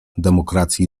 demokracji